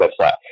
website